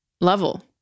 level